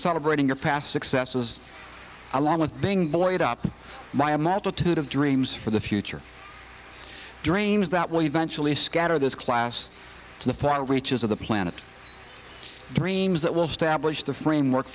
celebrating your past successes along with being blow it up by a multitude of dreams for the future dreams that will eventually scatter this class to the far reaches of the planet dreams that will stablished the framework